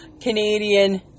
Canadian